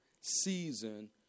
season